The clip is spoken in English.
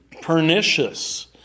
pernicious